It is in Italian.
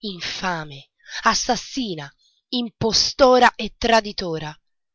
infame assassina impostora e traditora